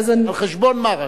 מבחינת החברה, רק על חשבון מה?